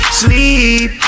sleep